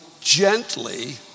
gently